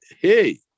hey